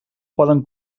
poden